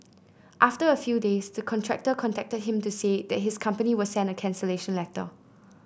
after a few days the contractor contacted him to say that his company will send a cancellation letter